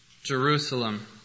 Jerusalem